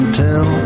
tell